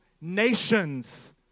nations